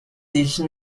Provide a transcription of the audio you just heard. these